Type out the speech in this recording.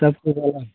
सब कुछ अलग